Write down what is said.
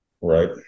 Right